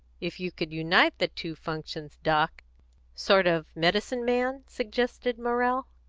if you could unite the two functions, doc sort of medicine-man? suggested morrell.